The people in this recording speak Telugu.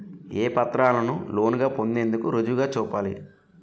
ఏ పత్రాలను లోన్ పొందేందుకు రుజువుగా చూపాలి?